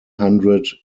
hundred